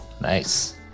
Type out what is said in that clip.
nice